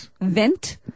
vent